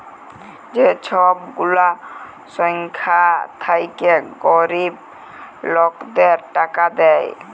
যে ছব গুলা সংস্থা থ্যাইকে গরিব লকদের টাকা দেয়